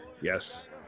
Yes